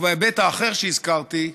בהיבט האחר שהזכרתי,